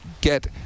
get